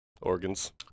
organs